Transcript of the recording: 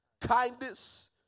kindness